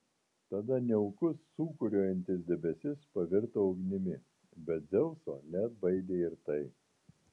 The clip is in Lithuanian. tada niaukus sūkuriuojantis debesis pavirto ugnimi bet dzeuso neatbaidė ir tai